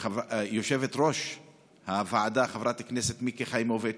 יושבת-ראש הוועדה, חברת הכנסת מיקי חיימוביץ',